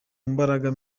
mbaraga